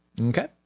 Okay